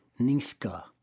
Niska